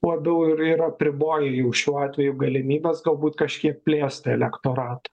labiau ir ir apriboja jų šiuo atveju galimybes galbūt kažkiek plėsti elektoratą